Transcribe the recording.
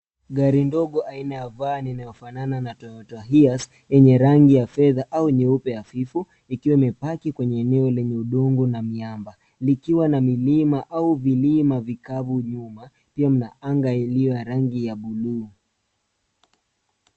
Gari ndogo aina ya van inayofanana na Toyota HiAce yenye rangi ya fedha au nyeupe hafifu ikiwa imepaki kwenye eneo lenye udongo na miamba. Likiwa na milima au vilima vikavu nyuma pia mna anga iliyo rangi ya buluu.